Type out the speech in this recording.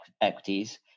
equities